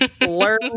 Learn